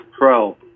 pro